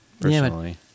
personally